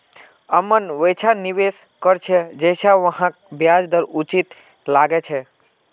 अमन वैछा निवेश कर छ जैछा वहाक ब्याज दर उचित लागछे